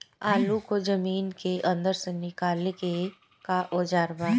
आलू को जमीन के अंदर से निकाले के का औजार बा?